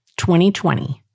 2020